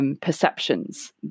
Perceptions